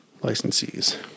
licensees